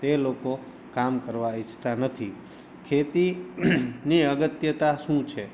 તે લોકો કામ કરવા ઈચ્છતા નથી ખેતી ની અગત્યતા શું છે